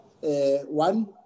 one